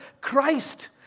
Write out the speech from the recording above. Christ